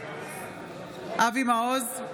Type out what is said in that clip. אבי מעוז,